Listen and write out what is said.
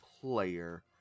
player